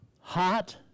hot